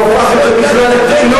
הוא הפך את זה בכלל לטרילוגיה.